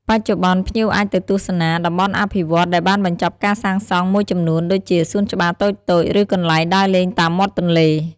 បច្ចុប្បន្ន ភ្ញៀវអាចទៅទស្សនា តំបន់អភិវឌ្ឍន៍ដែលបានបញ្ចប់ការសាងសង់មួយចំនួនដូចជាសួនច្បារតូចៗ ឬកន្លែងដើរលេងតាមមាត់ទន្លេ។